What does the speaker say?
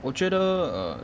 我觉得 err